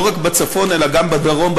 לא רק בצפון אלא גם בדרום,